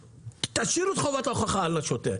תשאירו את חובת ההוכחה על השוטר.